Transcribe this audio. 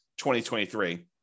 2023